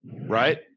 Right